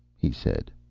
he said.